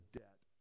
debt